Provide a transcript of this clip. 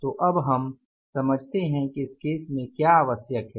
तो अब हम समझते हैं कि इस केस में क्या आवश्यक है